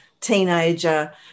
teenager